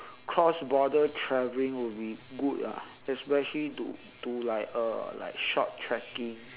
cross border traveling will be good ah especially to to like uh like short trekking